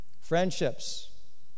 Friendships